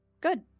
good